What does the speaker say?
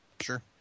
Sure